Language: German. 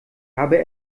habe